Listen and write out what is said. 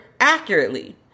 accurately